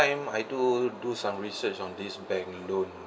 I do do some research on this bank loan